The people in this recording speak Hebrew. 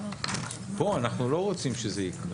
פה אנחנו לא רוצים שזה יקרה.